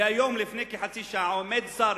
והיום לפני כחצי שעה, עומד שר